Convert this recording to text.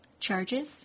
charges